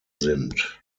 sind